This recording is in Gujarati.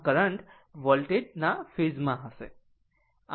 આ કરંટ વોલ્ટેજ માં ફેઝ માં હશે